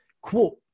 quote